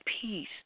peace